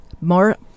more